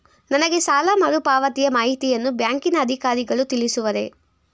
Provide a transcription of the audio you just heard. ನನಗೆ ಸಾಲ ಮರುಪಾವತಿಯ ಮಾಹಿತಿಯನ್ನು ಬ್ಯಾಂಕಿನ ಅಧಿಕಾರಿಗಳು ತಿಳಿಸುವರೇ?